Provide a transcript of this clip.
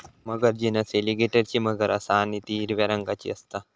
मगर genus एलीगेटरची मगर असा आणि ती हिरव्या रंगाची असता